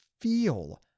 feel